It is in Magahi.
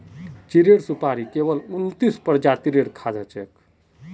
चीड़ेर सुपाड़ी केवल उन्नतीस प्रजातिर खाद्य हछेक